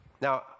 Now